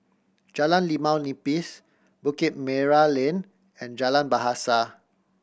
Jalan Limau Nipis Bukit Merah Lane and Jalan Bahasa